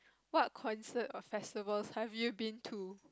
what concert or festivals have you been to